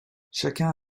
chacun